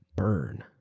burn.